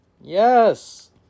Yes